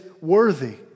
worthy